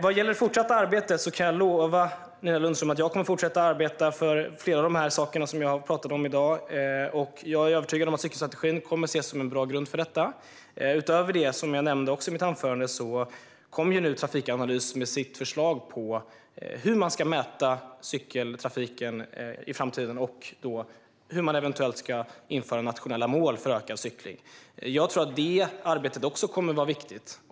Vad gäller det fortsatta arbetet kan jag lova Nina Lundström att jag kommer att fortsätta att arbeta för flera av de saker som jag har talat om i dag. Jag är övertygad om att cykelstrategin kommer att ses som en bra grund för detta. Utöver det som jag nämnde i mitt anförande kommer nu Trafikanalys med sitt förslag på hur man ska mäta cykeltrafiken i framtiden och hur man då eventuellt ska införa nationella mål för ökad cykling. Jag tror att detta arbete också kommer att vara viktigt.